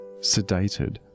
Sedated